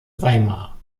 weimar